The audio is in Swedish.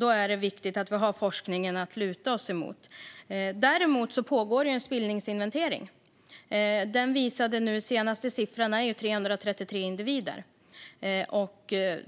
Då är det viktigt att vi har forskningen att luta oss emot. Det pågår en spillningsinventering, och de senaste siffrorna från den visade 333 individer.